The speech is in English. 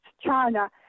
China